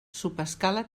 subescala